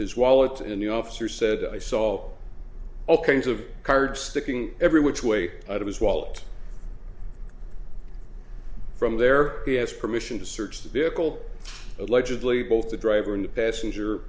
his wallet and the officer said i saw all kinds of card sticking every which way it was walt from there he has permission to search the vehicle allegedly both the driver and passenger